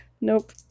Nope